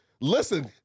Listen